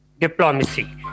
diplomacy